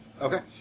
Okay